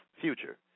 future